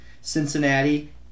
Cincinnati